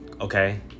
Okay